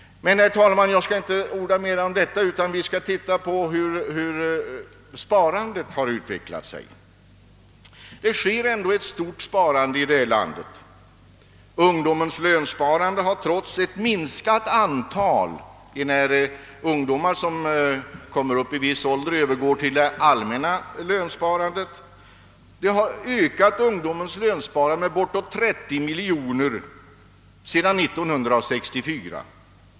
Herr talman! Jag skall inte orda mera härom, utan se på hur sparandet har utvecklat sig. Det sparas ändå mycket här i landet. Ungdomens lönsparande har trots ett minskat antal sparare — när ungdomarna kommer upp i viss ålder övergår de till det allmänna sparandet — ökat med ungefär 30 miljoner kronor sedan 1964.